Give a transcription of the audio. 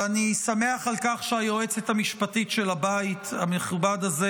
ואני שמח על כך שהיועצת המשפטית של הבית המכובד הזה